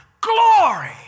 Glory